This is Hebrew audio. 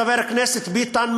חבר הכנסת ביטן,